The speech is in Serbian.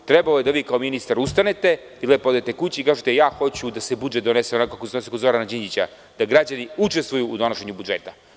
Trebalo je da vi, kao ministar, ustanete i lepo odete kući i kažete - ja hoću da se budžet donese onako kao kod Zorana Đinđića, da građani učestvuju u donošenju budžeta.